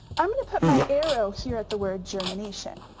i'm gonna put my arrow here at the word germination.